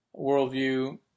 worldview